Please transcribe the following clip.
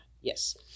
yes